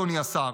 אדוני השר.